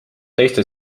teiste